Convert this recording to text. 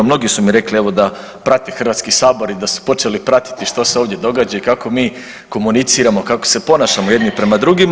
Mnogi su mi rekli evo da prate Hrvatski sabor i da su počeli pratiti što se ovdje događa i kako mi komuniciramo, kako se ponašamo jedni prema drugima.